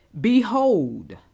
Behold